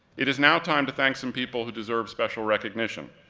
it is now time to thank some people who deserve special recognition.